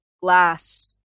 glass